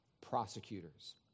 prosecutors